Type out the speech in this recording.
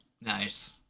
Nice